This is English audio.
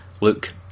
Luke